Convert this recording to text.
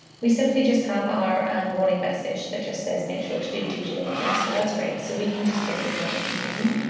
we simply just have our um warning message that just says make sure to do due diligence, so that's great. so we can just say ignore and continue,